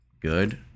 good